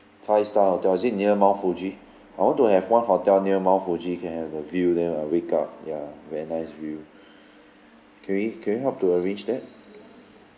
five star hotel is it near mount fuji I want to have one hotel near mount fuji can have the view then I wake up ya very nice view can we can you help to arrange that